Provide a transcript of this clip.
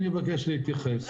אני מבקש להתייחס.